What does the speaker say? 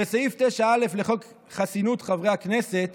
שסעיף 9א לחוק חסינות חברי הכנסת